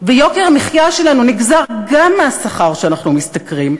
ויוקר המחיה שלנו נגזר גם מהשכר שאנחנו משתכרים,